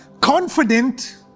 confident